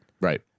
Right